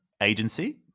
agency